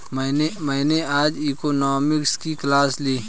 मैंने आज इकोनॉमिक्स की क्लास ली